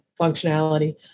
functionality